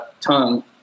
tongue